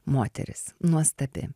moteris nuostabi